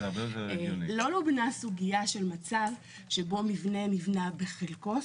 לא לובנה סוגיה של מצב שבו מבנה ניבנה בחלקו,